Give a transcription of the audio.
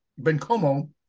Bencomo